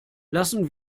lassen